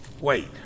Wait